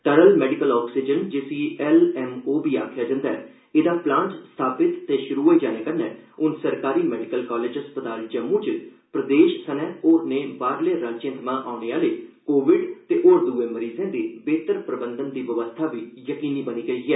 तरल medical oxygen जिसी L M O बी आखेआ जंदा ऐ एह्दा प्लांट स्थापित ते शुरु होई जाने कन्नै हून सरकरी मेडिकल कालेज अस्पताल जम्मू च प्रदेश सने होरनें बाहले राज्यें थमां औने आहले कोविड ते होरनें द्रए मरीज़ें दे बेह्तर प्रबंधन दी बवस्था बी यकीनी बनी गेई ऐ